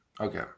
Okay